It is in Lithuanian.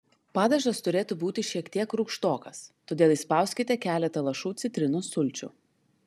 padažas turėtų būti šiek tiek rūgštokas todėl įspauskite keletą lašų citrinos sulčių